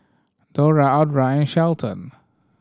Dora Audra Shelton